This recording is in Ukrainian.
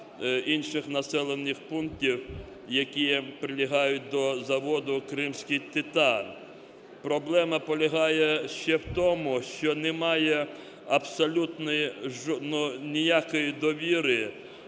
інших населених пунктів, які прилягають до заводу "Кримський титан". Проблема полягає ще в тому, що немає абсолютно ніякої довіри